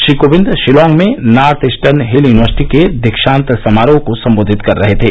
श्री कोविंद शिलॉग में north eastern hill university के दीक्षान्त समारोह को संबोधित कर रहे थे